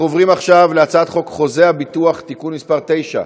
אנחנו עוברים עכשיו להצעת חוק חוזה הביטוח (תיקון מס' 9)